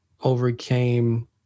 overcame